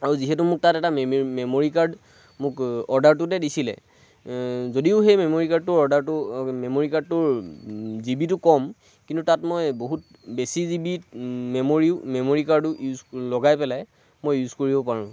আৰু যিহেতু মোক তাত এটা মেমে মেমৰি কাৰ্ড মোক অৰ্ডাৰটোতে দিছিলে যদিও সেই মেমৰি কাৰ্ডটো অৰ্ডাৰটো মেমৰি কাৰ্ডটোৰ জিবিটো কম কিন্ত তাত মই বহুত বেছি জিবিত মেমৰি মেমৰি কাৰ্ডো ইউজ লগাই পেলাই মই ইউজ কৰিব পাৰোঁ